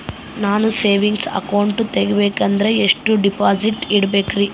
ನಾನು saving account ತೆಗಿಬೇಕಂದರ ಎಷ್ಟು ಡಿಪಾಸಿಟ್ ಇಡಬೇಕ್ರಿ?